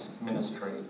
ministry